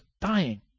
dying